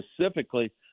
specifically